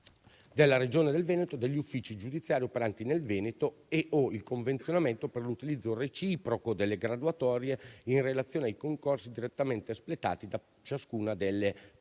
della Regione Veneto, degli uffici giudiziari operanti nel Veneto e/o il convenzionamento per l'utilizzo reciproco delle graduatorie in relazione ai concorsi direttamente espletati da ciascuna delle parti